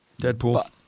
Deadpool